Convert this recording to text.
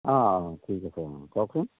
অঁ ঠিক আছে অঁ কওকচোন